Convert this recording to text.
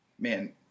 Man